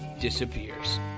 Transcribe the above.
disappears